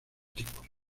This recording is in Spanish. tipos